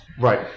Right